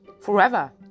forever